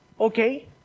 Okay